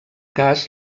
cas